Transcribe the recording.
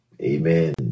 Amen